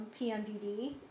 PMDD